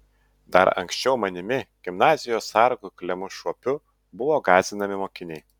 dar anksčiau manimi gimnazijos sargu klemu šuopiu buvo gąsdinami mokiniai